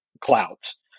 clouds